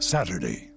Saturday